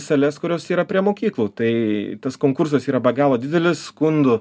sales kurios yra prie mokyklų tai tas konkursas yra be galo didelis skundų